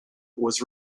was